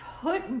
put